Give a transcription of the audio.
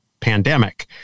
pandemic